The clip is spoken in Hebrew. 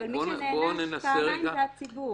אבל מי שנענש פעמיים זה הציבור.